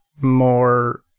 more